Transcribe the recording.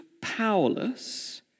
powerless